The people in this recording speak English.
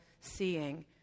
seeing